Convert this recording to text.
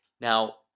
Now